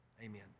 amen